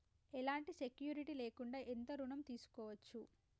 ఎలాంటి సెక్యూరిటీ లేకుండా ఎంత ఋణం తీసుకోవచ్చు?